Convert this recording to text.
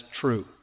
true